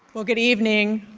well, good evening.